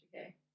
okay